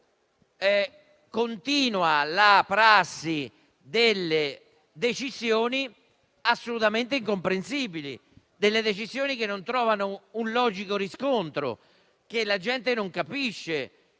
Continua la prassi delle decisioni assolutamente incomprensibili, che non trovano un logico riscontro e che la gente non capisce.